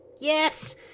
Yes